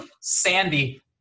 Sandy